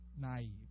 naive